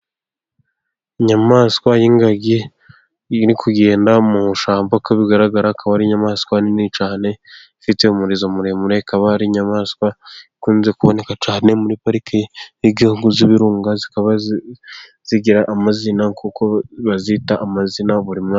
Inyamaswa y'ingagi iri kugenda mu ishyamba, bigaragara akaba ari inyamaswa nini cyane, ifite umurizo muremure ikaba ari inyamaswa ikunze kuboneka cyane muri pariki y'igihugu y'ibirunga, zikaba zigira amazina kuko bazita amazina buri mwaka.